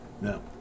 no